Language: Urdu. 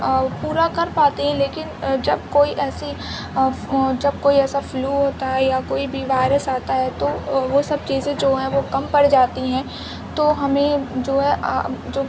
پورا کر پاتے ہیں لیکن جب کوئی ایسی جب کوئی ایسا فلو ہوتا ہے یا کوئی بھی وائرس آتا ہے تو وہ سب چیزیں جو ہیں وہ کم پڑ جاتی ہیں تو ہمیں جو ہے جو